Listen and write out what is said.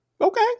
Okay